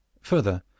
Further